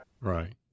Right